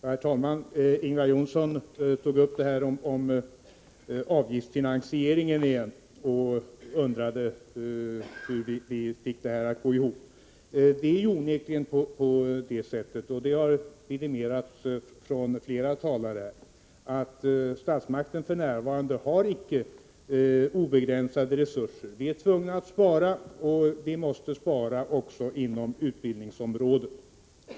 Herr talman! Ingvar Johnsson tog åter upp frågan om avgiftsfinansiering och undrade hur vi fick det hela att gå ihop. Det är onekligen på det sättet — vilket har vidimerats av flera talare — att statsmakterna f.n. inte har obegränsade resurser. Vi är tvungna att spara, och vi måste spara också inom utbildningsområdet.